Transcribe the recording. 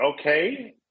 okay